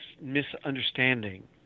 misunderstanding